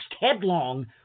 headlong